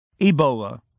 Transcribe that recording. Ebola